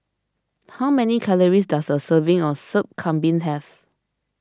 how many calories does a serving of Sup Kambing have